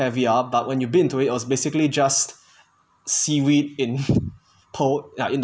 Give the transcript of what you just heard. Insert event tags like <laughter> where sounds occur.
caviar but when you bit into it was basically just seaweed in <breath> in in a